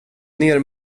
ner